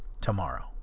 tomorrow